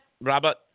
Robert